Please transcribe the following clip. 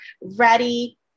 ready